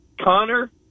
Connor